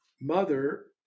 mother